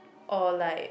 or like